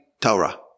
Torah